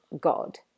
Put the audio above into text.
God